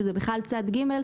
שזה בכלל צד ג',